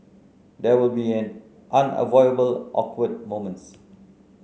there will be unavoidable awkward moments